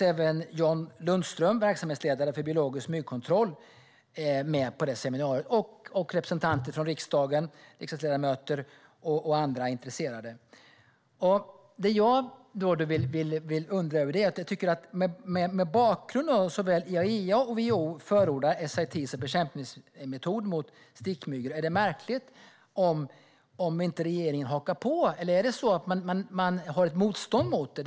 Även Jan Lundström, som är verksamhetsledare för Biologisk Myggkontroll, riksdagsledamöter och andra intresserade deltog i seminariet. Mot bakgrund av att såväl IAEA som WHO förordar SIT som bekämpningsmetod mot stickmyggor tycker jag att det är märkligt om regeringen inte hakar på. Har man ett motstånd mot det?